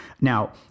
Now